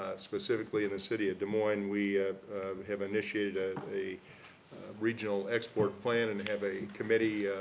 ah specifically in the city of des moines, we have initiated ah a regional export plan and have a committee,